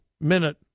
minute